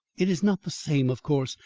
it is not the same, of course,